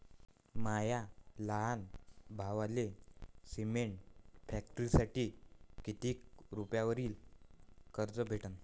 माया लहान भावाले सिमेंट फॅक्टरीसाठी कितीक रुपयावरी कर्ज भेटनं?